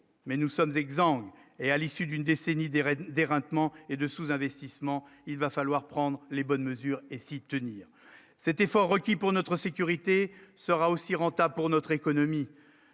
mais nous sommes exempt et à l'issue d'une décennie des raids des rendements et de sous-investissement, il va falloir prendre les bonnes mesures et si tenir cet effort requis pour notre sécurité sera aussi rentable pour notre économie,